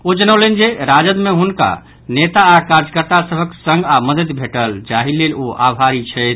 ओ जनौलनि जे राजद मे हुनका नेता आ कार्यकर्ता सभक संग आ मददि भेटल जाहि लेल ओ आभरी छथि